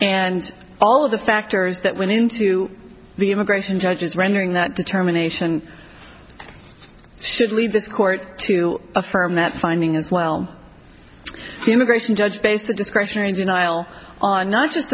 and all of the factors that went into the immigration judges rendering that determination should lead this court to affirm that finding as well the immigration judge based the discretionary denial on not just